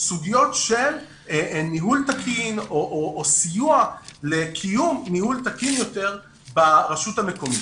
סוגיות של ניהול תקין או סיוע לקיום ניהול תקין יותר ברשות המקומית.